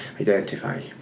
identify